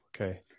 Okay